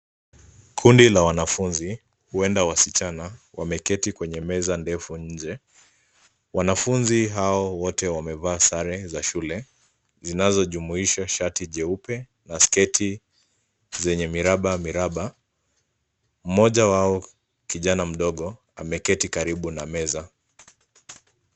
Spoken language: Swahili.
Kundi la wanafunzi, huenda wasichana, wameketi kwenye meza ndefu nje. Wanafunzi hao wote wamevaa sare za shule, zinazojumuisha shati jeupe, na sketi zenye miraba miraba. Mmoja wao kijana mdogo, ameketi karibu na meza.